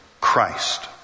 Christ